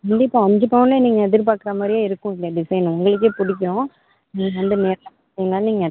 கண்டிப்பாக அஞ்சு பவுனில் நீங்கள் எதிர்பார்க்குற மாதிரியே இருக்கும் இந்த டிசைன்னு இருக்கு உங்களுக்கே பிடிக்கும் நீங்கள் வந்து நேரில் பார்த்திங்கன்னா நீங்கள்